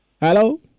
Hello